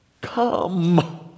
Come